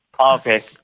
Okay